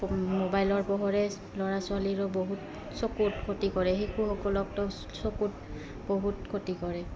মোবাইলৰ পোহৰে ল'ৰা ছোৱালীৰো বহুত চকুত ক্ষতি কৰে শিশুসকলকতো চকুত বহুত ক্ষতি কৰে